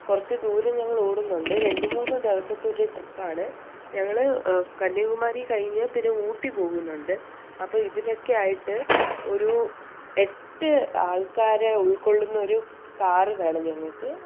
കുറച്ച് ദൂരം ഞങ്ങളോടുന്നുണ്ട് രണ്ട് മൂന്ന് ദിവസത്തൊരു ട്രിപ്പാണ് ഞങ്ങൾ കന്യാകുമാരി കഴിഞ്ഞ് പിന്നെ ഊട്ടി പോകുന്നുണ്ട് അപ്പോൾ ഇതിനൊക്കെയായിട്ട് ഒരു എട്ട് ആൾക്കാരെ ഉൾക്കൊള്ളുന്നൊരു കാറ് വേണം ഞങ്ങൾക്ക്